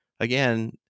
Again